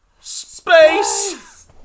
Space